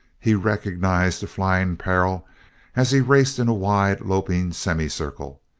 he recognized the flying peril as he raced in a wide loping semicircle.